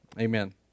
Amen